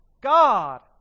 God